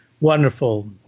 wonderful